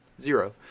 Zero